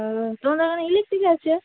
ও তোমাদের ওখানে ইলেকট্রিক আছে